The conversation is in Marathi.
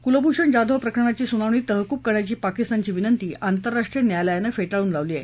कुलभूषण जाधव प्रकरणाची सुनावणी तहकूब करण्याची पाकिस्तानची विनती आंतरराष्ट्रीय न्यायालयान फेटाळून लावली आहे